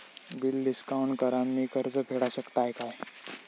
Bill discount करान मी कर्ज फेडा शकताय काय?